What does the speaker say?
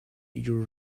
your